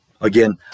again